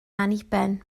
anniben